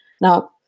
Now